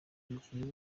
mukinnyi